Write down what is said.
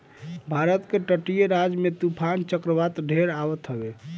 भारत के तटीय राज्य में तूफ़ान चक्रवात ढेर आवत हवे